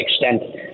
extent